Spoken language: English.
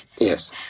Yes